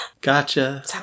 gotcha